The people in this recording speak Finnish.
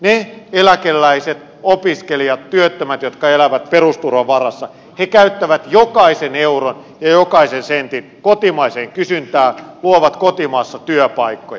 ne eläkeläiset opiskelijat työttömät jotka elävät perusturvan varassa käyttävät jokaisen euron ja jokaisen sentin kotimaiseen kysyntään luovat kotimaassa työpaikkoja